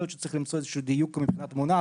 להיות שצריך למצוא איזשהו דיוק מבחינת מונח